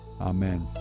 Amen